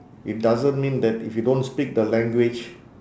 it doesn't mean that if you don't speak the language